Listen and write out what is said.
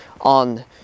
on